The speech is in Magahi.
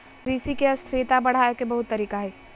कृषि के स्थिरता बढ़ावे के बहुत तरीका हइ